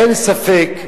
אין ספק,